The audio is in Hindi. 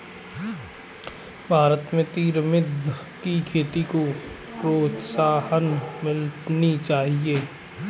भारत में तरमिंद की खेती को प्रोत्साहन मिलनी चाहिए